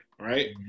Right